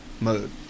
mode